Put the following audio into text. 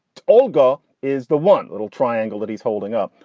all go is the one little triangle that he's holding up.